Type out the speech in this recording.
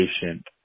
patient